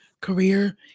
career